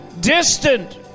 distant